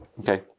Okay